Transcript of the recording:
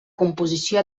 composició